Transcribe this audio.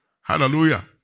Hallelujah